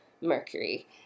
Mercury